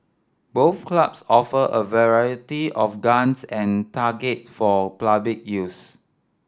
both clubs offer a variety of guns and targets for use